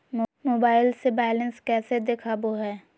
Mobile से balance कैसे देखाबो है?